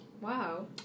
Wow